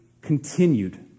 continued